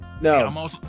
No